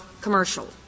commercial